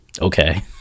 Okay